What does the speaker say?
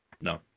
No